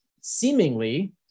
seemingly